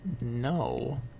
No